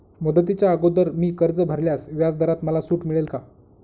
मुदतीच्या अगोदर मी कर्ज भरल्यास व्याजदरात मला सूट मिळेल का?